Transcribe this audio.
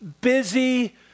busy